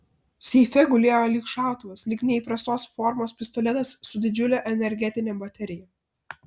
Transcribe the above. seife gulėjo lyg šautuvas lyg neįprastos formos pistoletas su didžiule energetine baterija